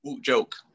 joke